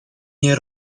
nie